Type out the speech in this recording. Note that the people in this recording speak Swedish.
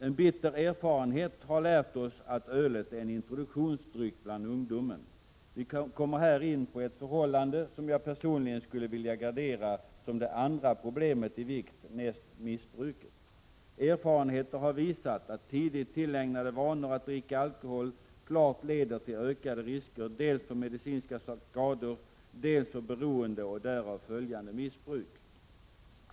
En bitter erfarenhet har lärt oss att ölet är en introduktionsdryck bland ungdomar. Vi kommer här in på ett förhållande som jag personligen skulle vilja gradera som det andra problemet i vikt näst missbruket. Erfarenheten har visat att tidigt tillägnade vanor att dricka alkohol klart leder till ökade risker, dels för medicinska skador, dels för beroende och därav följande missbruk.